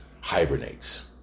hibernates